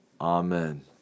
Amen